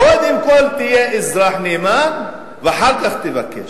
קודם כול תהיה אזרח נאמן ואחר כך תבקש.